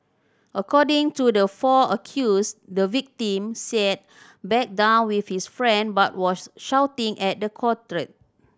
according to the four accused the victim sat back down with his friend but was shouting at the quartet